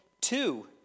Two